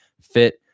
fit